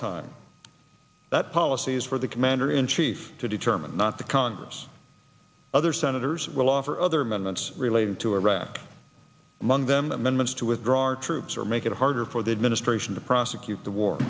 time that policy is for the commander in chief to determine not the congress other senators will offer other amendments relating to iraq among them amendments to withdraw our troops or make it harder for the administration to prosecute the war